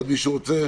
עוד מישהו רוצה?